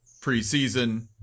preseason